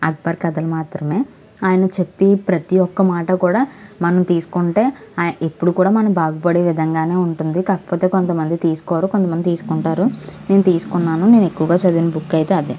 అక్బర్ కథలు మాత్రమే ఆయన చెప్పి ప్రతీ ఒక్క మాట కూడా మనం తీసుకుంటే ఆయ ఇప్పుడు కూడా మనం బాగుపడే విధంగానే ఉంటుంది కాకపోతే కొంతమంది తీసుకోరు కొంతమంది తీసుకుంటారు నేను తీసుకున్నాను నేను ఎక్కువగా చదివిన బుక్ అయితే అదే